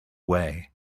way